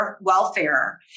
welfare